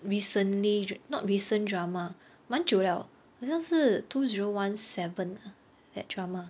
recently dra~ not recent drama 蛮久 liao 很像是 two zero one seven that drama